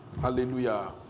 Hallelujah